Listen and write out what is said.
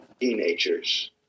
Teenagers